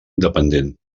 independent